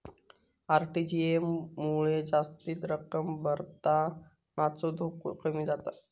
RTGS मुळे जास्तीची रक्कम भरतानाचो धोको कमी जाता